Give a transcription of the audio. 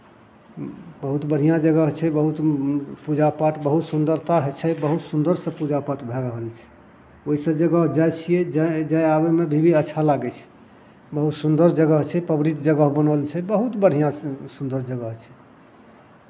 बहुत बढ़िआँ जगह छै बहुत पूजापाठ बहुत सुन्दरता छै बहुत सुन्दरसँ पूजापाठ भए रहल छै ओहिसभ जगह जाइ छियै जाय आबयमे भी अच्छा लागै छै बहुत सुन्दर जगह छै पब्लिक जगह बनल छै बहुत बढ़िआँ स् सुन्दर जगह छै